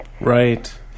Right